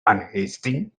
unhasting